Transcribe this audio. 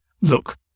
look